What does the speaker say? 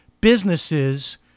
businesses